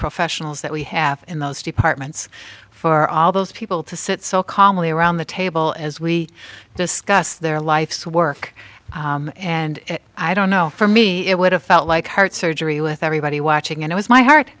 professionals that we have in those departments for all those people to sit so calmly around the table as we discuss their life's work and i don't know for me it would have felt like heart surgery with everybody watching and it was my heart